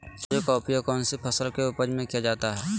तराजू का उपयोग कौन सी फसल के उपज में किया जाता है?